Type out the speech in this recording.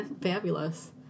fabulous